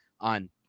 on